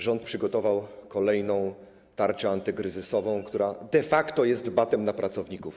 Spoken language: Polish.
Rząd przygotował kolejną tarczę antykryzysową, która de facto jest batem na pracowników.